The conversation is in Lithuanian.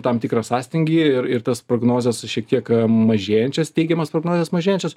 tam tikrą sąstingį ir ir tas prognozes šiek tiek mažėjančias teigiamas prognozes mažėjančias